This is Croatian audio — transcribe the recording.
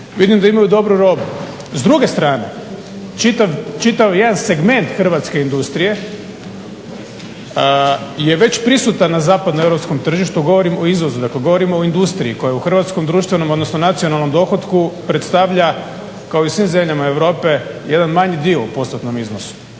vidim da imaju dobru robu. S druge strane čitav jedan segment hrvatske industrije je već prisutan na zapadnoeuropskom tržištu, govorim o izvozu, dakle govorimo o industriji koja je u hrvatskom, društvenom odnosno nacionalnom dohotku predstavlja kao i u svim zemljama Europe jedan manji dio u postotno iznosu.